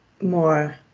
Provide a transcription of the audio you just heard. more